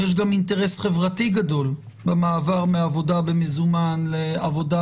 יש גם אינטרס חברתי גדול במעבר מעבודה במזומן לעבודה,